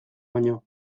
baino